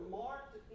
marked